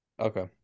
Okay